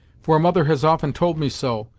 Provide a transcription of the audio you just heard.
for mother has often told me so,